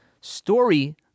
story